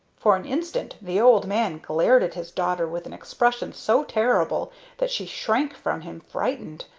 for an instant the old man glared at his daughter with an expression so terrible that she shrank from him frightened.